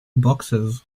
boxes